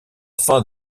fin